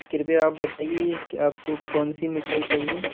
कृपया आप बताइए कि आपको कौन सी मिठाई चाहिए